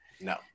No